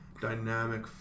dynamic